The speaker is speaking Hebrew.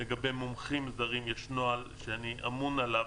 לגבי מומחים זרים, יש נוהל שאני אמון עליו,